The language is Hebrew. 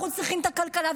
אנחנו צריכים את הכלכלה.